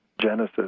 genesis